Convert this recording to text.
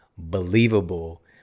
believable